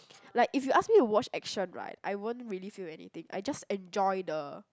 like if you ask me to watch action right I won't really feel anything I just enjoy the